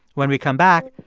when we come back,